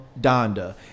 Donda